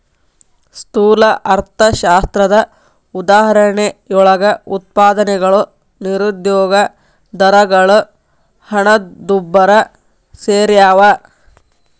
ಸ್ಥೂಲ ಅರ್ಥಶಾಸ್ತ್ರದ ಉದಾಹರಣೆಯೊಳಗ ಉತ್ಪಾದನೆಗಳು ನಿರುದ್ಯೋಗ ದರಗಳು ಹಣದುಬ್ಬರ ಸೆರ್ಯಾವ